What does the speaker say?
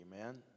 Amen